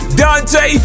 dante